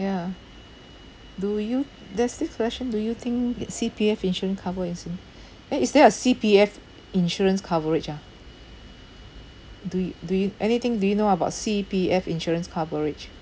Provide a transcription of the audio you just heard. ya do you there's this question do you think C_P_F insurance covered in sing~ eh is there a C_P_F insurance coverage ah do you do you anything do you know about C_P_F insurance coverage